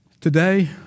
today